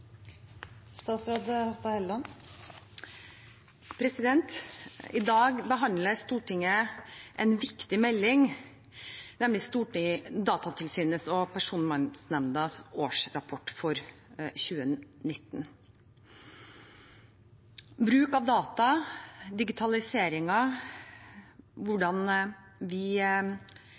I dag behandler Stortinget en viktig melding, nemlig Datatilsynets og Personvernnemndas årsrapporter for 2019. Bruk av data, digitalisering, hvordan vi